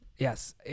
Yes